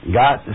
got